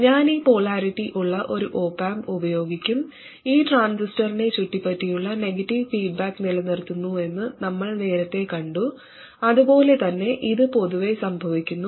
ഞാൻ ഈ പൊളാരിറ്റി ഉള്ള ഒരു ഓപ് ആമ്പ് ഉപയോഗിക്കും ഇത് ട്രാൻസിസ്റ്ററിനെ ചുറ്റിപ്പറ്റിയുള്ള നെഗറ്റീവ് ഫീഡ്ബാക്ക് നിലനിർത്തുന്നുവെന്ന് നമ്മൾ നേരത്തെ കണ്ടു അതുപോലെ തന്നെ ഇത് പൊതുവേ സംഭവിക്കുന്നു